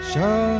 Show